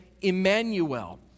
Emmanuel